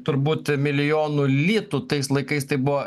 turbūt milijonų litų tais laikais tai buvo